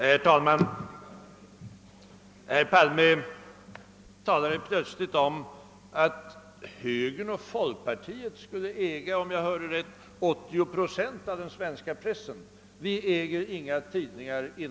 Herr talman! Herr Palme började plötsligt tala om att högern och folkpartiet skulle äga — om jag hörde rätt — 80 procent av den svenska pressen. Folkpartiet äger inga tidningar!